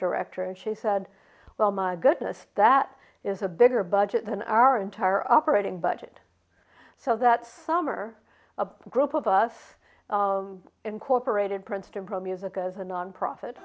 director and she said well my goodness that is a bigger budget than our entire operating budget so that summer a group of us incorporated princeton pro music as a nonprofit